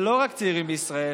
ולא רק צעירים בישראל,